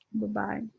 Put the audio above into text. Goodbye